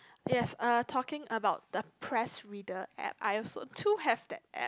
yes uh talking about the press reader app I also too have that app